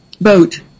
boat